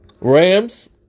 Rams